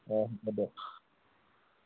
অ' হ'ব দিয়ক